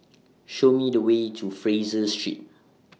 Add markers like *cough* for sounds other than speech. *noise* Show Me The Way to Fraser Street